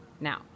now